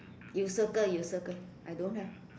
you circle you circle I don't have